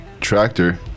tractor